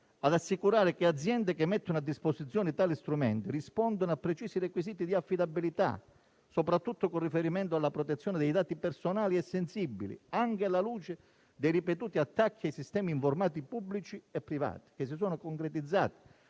ad assicurare che aziende che mettono a disposizione tali strumenti rispondano a precisi requisiti di affidabilità, soprattutto con riferimento alla protezione dei dati personali e sensibili, anche alla luce dei ripetuti attacchi ai sistemi informatici pubblici e privati che si sono concretizzati